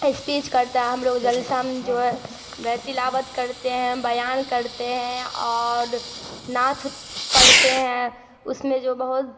speech کرتا ہے ہم لوگ جلسہ میں جو ہے تلاوت کرتے ہیں بیان کرتے ہیں اور نعت ات پڑھتے ہیں اس میں جو بہت